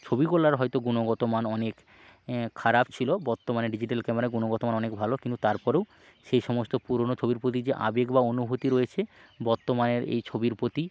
ছবিগুলোর হয়তো গুণগত মান অনেক খারাপ ছিলো বর্তমানে ডিজিটাল ক্যামেরা গুণগত মান অনেক ভালো কিন্তু তারপরেও সেই সমস্ত পুরোনো ছবির প্রতি যে আবেগ বা অনুভূতি রয়েছে বর্তমানের এই ছবির প্রতি